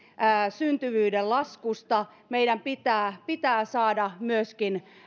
syntyvyyden laskusta meidän pitää pitää saada myöskin